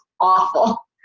awful